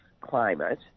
climate